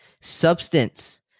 Substance